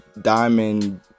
diamond